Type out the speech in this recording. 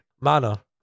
Mana